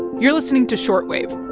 you're listening to short wave